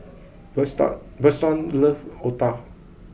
Bertrand Bertrand loves Otah